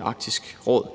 Arktisk Råd